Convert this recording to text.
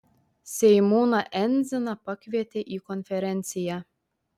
seimūną endziną pakvietė į konferenciją